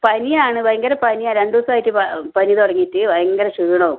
പനിയാണ് ഭയങ്കര പനിയാണ് രണ്ട് ദിവസമായിട്ട് പനി തുടങ്ങിയിട്ട് ഭയങ്കര ക്ഷീണവും